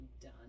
done